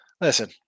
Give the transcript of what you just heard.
Listen